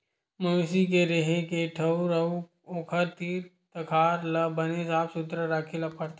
मवेशी के रेहे के ठउर अउ ओखर तीर तखार ल बने साफ सुथरा राखे ल परथे